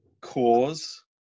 Cause